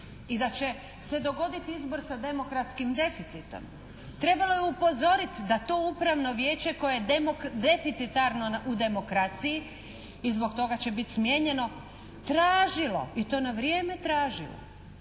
i da će se dogoditi izbor sa demokratskim deficitom. Trebalo je upozoriti da to upravno vijeće koje je deficitarno u demokraciji i zbog toga će biti smijenjeno tražilo i to na vrijeme tražilo